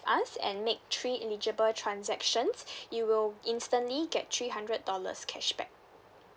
us and make three eligible transactions you will instantly get three hundred dollars cashback